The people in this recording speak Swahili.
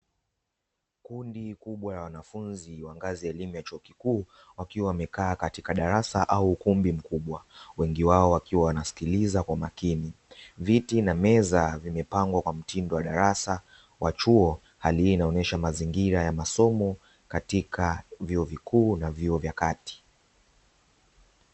Kundi kubwa la wanafunzi wa ngazi ya elimu ya chuo kikuu wakiwa wamekaa katika darasa au ukumbi mkubwa wengi wao, wakiwa wanasikiliza kwa makini; viti na meza vimepangwa kwa mtindo wa darasa wa chuo hali hii inaonyesha mazingira ya masomo katika vyuo vikuu na vyuo vya kati.